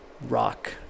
rock